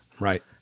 Right